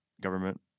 government